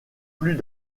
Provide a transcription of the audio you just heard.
plus